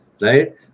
Right